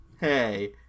Hey